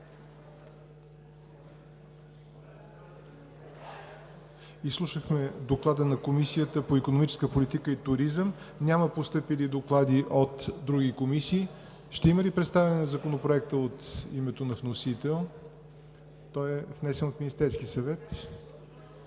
Изслушахме Доклада на Комисията по икономическа политика и туризъм. Няма постъпили доклади от други комисии. Ще има ли представяне на Законопроекта от името на вносителя? Той е внесен от Министерския съвет,